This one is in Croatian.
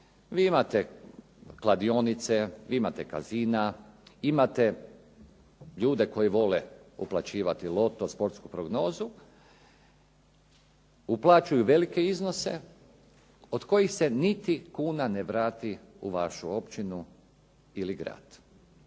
Vi imate kladionice, imate cazina, imate ljude koji vole uplaćivati loto, sportsku prognozu. Uplaćuju velike iznose od kojih se niti kuna ne vrati u vašu općinu ili grad.